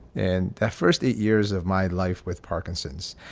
and that first eight years of my life with parkinson's,